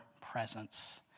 presence